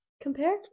compare